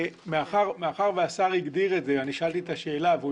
מאחר והשר הגדיר את זה - אני שאלתי את השאלה והוא